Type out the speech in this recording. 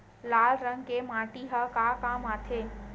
लाल रंग के माटी ह का काम आथे?